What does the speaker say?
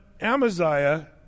Amaziah